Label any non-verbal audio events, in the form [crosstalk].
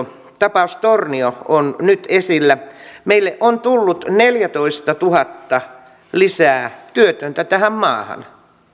[unintelligible] tapaus tornio on nyt esillä meille on tullut neljätoistatuhatta työtöntä lisää tähän maahan